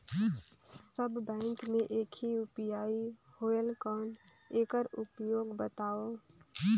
सब bank मे एक ही यू.पी.आई होएल कौन एकर उपयोग बताव?